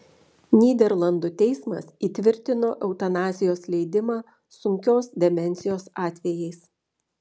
nyderlandų teismas įtvirtino eutanazijos leidimą sunkios demencijos atvejais